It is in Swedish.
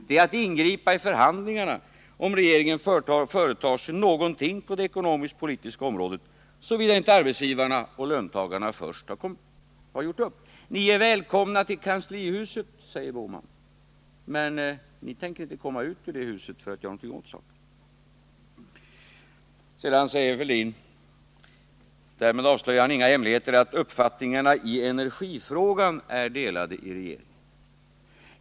Om regeringen företar sig något på det ekonomisk-politiska området, så ingriper man i löneförhandlingarna, säger han. Först måste arbetsgivarna och löntagarna ha gjort upp. Ni är välkomna till kanslihuset, säger Gösta Bohman. Men regeringen tycks själv inte vilja komma ut ur det huset för att göra något åt saker och ting. Thorbjörn Fälldin avslöjar inga hemligheter när han säger att uppfattningarna i energifrågan är delade inom regeringen.